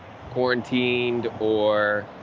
quarantined or,